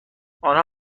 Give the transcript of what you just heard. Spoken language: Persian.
آنها